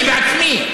אני בעצמי,